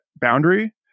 boundary